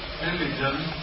religion